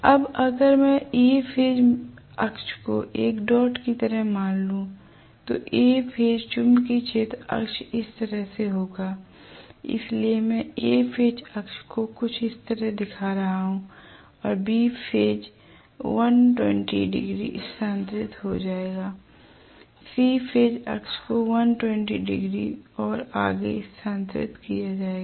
अब अगर मैं A फेज अक्ष को एक डॉट की तरह मान लूं तो A फेज चुंबकीय क्षेत्र अक्ष इस तरह से होगा इसलिए मैं A फेज अक्ष को कुछ इस तरह दिखा रहा हूं और B फेज अक्ष 120 डिग्री स्थानांतरित हो जाएगा C फेज अक्ष को 120 डिग्री और आगे स्थानांतरित किया जाएगा